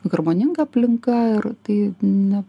harmoninga aplinka ir tai ne